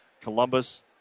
Columbus